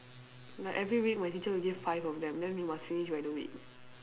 like every week my teacher will give five of them then we must finish by the week